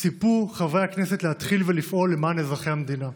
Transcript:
ציפו חברי הכנסת להתחיל לפעול למען אזרחי המדינה,